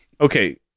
Okay